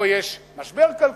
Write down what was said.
פה יש משבר כלכלי,